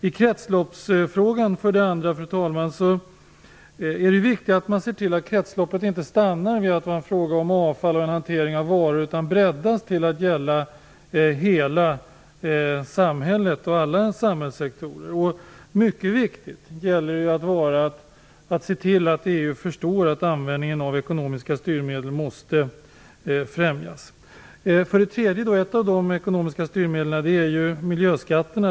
I kretsloppsfrågan för det andra, fru talman, är det viktigt att se till att kretsloppet inte stannar vid att vara en fråga om avfall och hantering av varor utan breddas till att gälla hela samhället och alla samhällssektorer. Mycket viktigt är ju att se till att EU förstår att användningen av ekonomiska styrmedel måste främjas. Ett av de ekonomiska styrmedlen, för det tredje, är miljöskatterna.